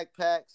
backpacks